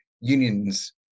unions